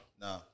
No